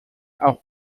auch